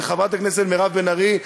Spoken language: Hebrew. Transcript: וחברת הכנסת מירב בן ארי,